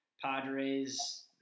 Padres –